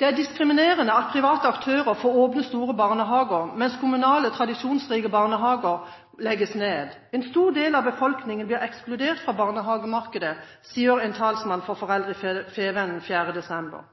«Det er diskriminerende at private aktører får åpne store barnehager, mens kommunale, tradisjonsrike barnehager legges ned. En stor del av befolkningen blir ekskludert fra barnehagemarkedet», sier en talsmann for foreldrene i Fædrelandsvennen den 4. desember.